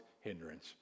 hindrance